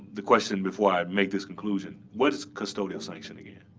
the question, before i make this conclusion, what is custodial sanction, again?